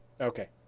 Okay